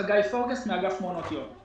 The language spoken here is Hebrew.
מעונות יום.